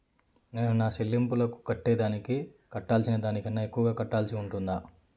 నేను నా సెల్లింపులకు కట్టేదానికి కట్టాల్సిన దానికన్నా ఎక్కువగా కట్టాల్సి ఉంటుందా?